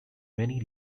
many